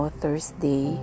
Thursday